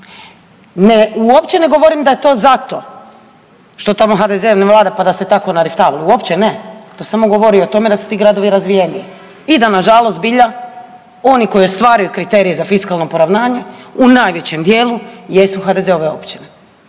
Ne, uopće ne govorim da je to zato što tamo HDZ ne vlada, pa da se tako nariktavalo, uopće ne, to samo govori o tome da su ti gradovi razvijeniji i da nažalost zbilja oni koji ostvaruju kriterije za fiskalno poravnanje u najvećem dijelu jesu HDZ-ove općine.